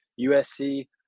USC